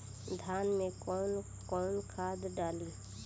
धान में कौन कौनखाद डाली?